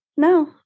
No